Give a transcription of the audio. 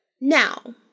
Now